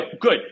good